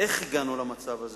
איך הגענו למצב הזה,